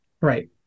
Right